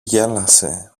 γέλασε